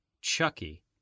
chucky